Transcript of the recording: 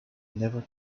never